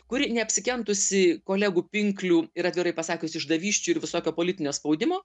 kuri neapsikentusi kolegų pinklių ir atvirai pasakius išdavysčių ir visokio politinio spaudimo